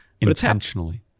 Intentionally